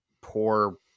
poor